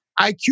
IQ